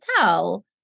tell